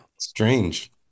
Strange